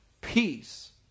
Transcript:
Peace